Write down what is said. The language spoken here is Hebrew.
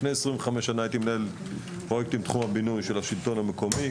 לפני 25 שנים הייתי מנהל פרויקטים בתחום הבינוי של השלטון המקומי,